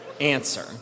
answer